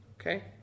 Okay